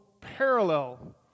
parallel